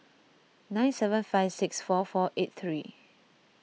nine seven five six four four eight three